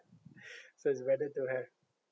so it's better to have